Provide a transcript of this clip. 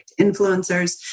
influencers